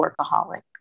workaholic